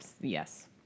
Yes